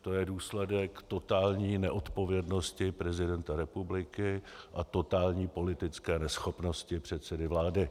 To je důsledek totální neodpovědnosti prezidenta republiky a totální politické neschopnosti předsedy vlády.